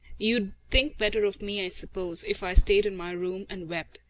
you'd think better of me, i suppose if i stayed in my room and wept.